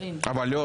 78. מי בעד?